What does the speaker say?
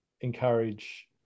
encourage